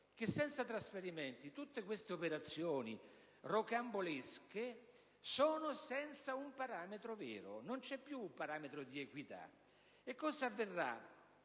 che senza trasferimenti tutte queste operazioni rocambolesche sono senza un parametro vero, e che non c'è più un parametro equità. Nella sostanza, avverrà